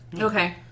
Okay